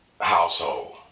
household